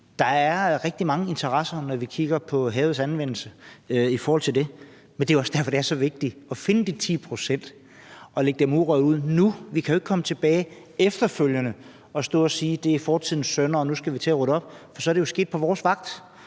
Der er rigtig mange interesser, når vi kigger på havets anvendelse i forhold til det. Det er også derfor, det er så vigtigt at finde de 10 pct. og lægge dem urørt ud nu. Vi kan jo ikke komme tilbage efterfølgende og stå og sige, at det er fortidens synder, og nu skal vi til at rydde op, for så er det jo sket på vores vagt.